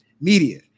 media